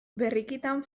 berrikitan